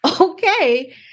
okay